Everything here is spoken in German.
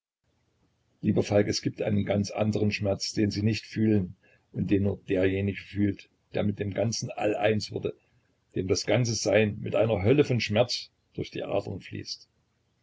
lieber falk es gibt einen ganz anderen schmerz den sie nicht fühlen und den nur derjenige fühlt der mit dem ganzen all eins wurde dem das ganze sein mit einer hölle von schmerzen durch die adern fließt